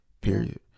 Period